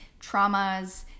traumas